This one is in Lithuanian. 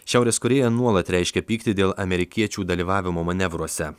šiaurės korėja nuolat reiškia pyktį dėl amerikiečių dalyvavimo manevruose